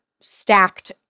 stacked